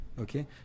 okay